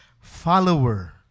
follower